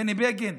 בני בגין,